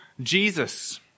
Jesus